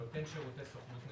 נותן שירותי סוכנות נסיעות,